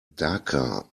dhaka